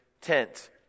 tent